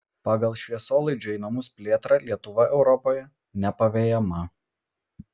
pagal šviesolaidžio į namus plėtrą lietuva europoje nepavejama